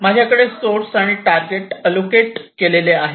माझ्याकडे सोर्स आणि target allocate केलेले आहे